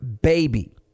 baby